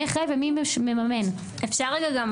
אני מירי נבון,